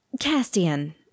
Castian